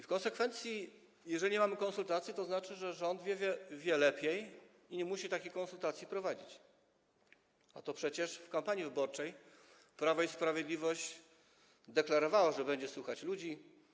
W konsekwencji jeżeli nie mamy konsultacji, to znaczy, że rząd wie lepiej i nie musi takich konsultacji prowadzić, a przecież w kampanii wyborczej to Prawo i Sprawiedliwość deklarowało, że będzie słuchać ludzi.